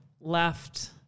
left